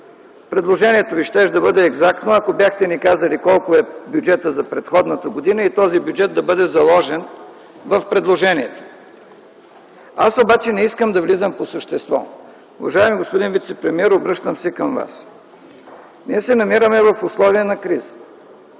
Предложението Ви щеше да бъде екзактно, ако бяхте ни казали колко е бюджетът за предходната година и този бюджет да бъде заложен в предложението. Аз обаче не искам да влизам по същество. Уважаеми господин вицепремиер, обръщам се към Вас, ние се намираме в условия на криза.